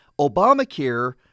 Obamacare